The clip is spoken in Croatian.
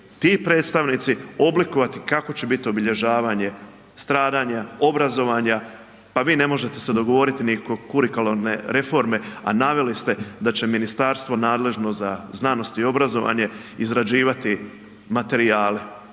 ti predstavnici oblikovati kako će bit obilježavanje stradanja, obrazovanja. Pa vi se ne možete dogovoriti ni oko kurikularne reforme, a naveli ste da će ministarstvo nadležno za znanosti i obrazovanje izrađivati materijale.